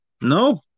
No